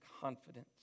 confidence